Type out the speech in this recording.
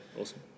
Awesome